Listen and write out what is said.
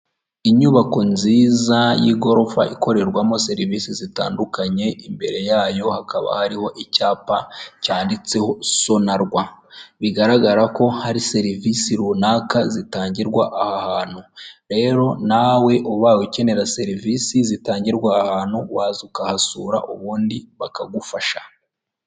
Inyubako nziza y'igorofa ikorerwamo serivisi zitandukanye, imbere yayo hakaba hariho icyapa cyanditseho Sonarwa bigaragara ko hari serivisi runaka zitangirwa aha hantu, rero nawe ubaye ukenera serivisi zitangirwa aha ahantu waza ukahasura ubundi bakagufasha.